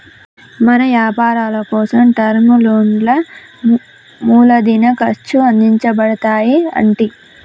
మన యపారాలకోసం టర్మ్ లోన్లా మూలదిన ఖర్చు అందించబడతాయి అంటి